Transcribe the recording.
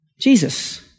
Jesus